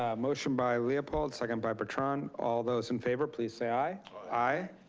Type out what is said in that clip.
ah motion by leopold, second by bertrand. all those in favor please say aye. aye.